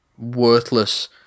worthless